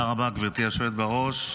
תודה רבה, גברתי היושבת בראש.